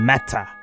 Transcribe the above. Matter